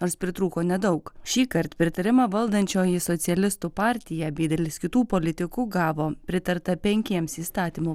nors pritrūko nedaug šįkart pritarimą valdančioji socialistų partija bei daugelis kitų politikų gavo pritarta penkiems įstatymų